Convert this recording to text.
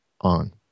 on